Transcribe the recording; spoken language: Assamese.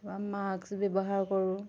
বা মাস্ক ব্যৱহাৰ কৰোঁ